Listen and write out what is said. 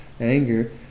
anger